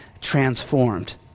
transformed